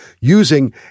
using